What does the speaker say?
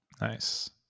Nice